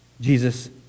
Jesus